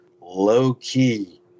low-key